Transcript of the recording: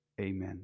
Amen